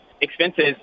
expenses